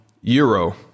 Euro